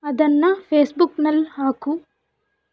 ಅದನ್ನು ಫೇಸ್ಬುಕ್ನಲ್ಲಿ ಹಾಕು